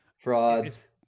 Frauds